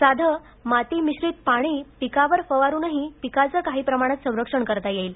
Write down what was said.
साधं माती मिश्रीत पाणी पिकावर फवारूनही पिकाचं काही प्रमाणात संरक्षण करता येईल